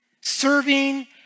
serving